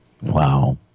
Wow